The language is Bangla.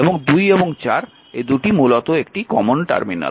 এবং 2 এবং 4 এই 2টি মূলত একটি সাধারণ টার্মিনাল